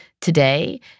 today